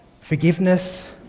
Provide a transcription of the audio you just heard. forgiveness